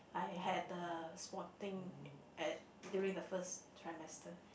I had the spotting at during the first trimester